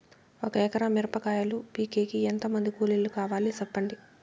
ఒక ఎకరా మిరప కాయలు పీకేకి ఎంత మంది కూలీలు కావాలి? సెప్పండి?